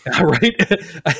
Right